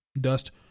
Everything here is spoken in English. Dust